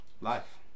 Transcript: Life